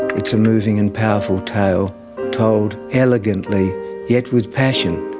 it's a moving and powerful tale told elegantly yet with passion.